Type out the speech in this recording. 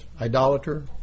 idolater